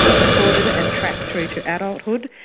supported and tracked through to adulthood,